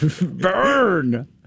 Burn